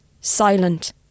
silent